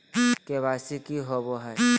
KYC की हॉबे हय?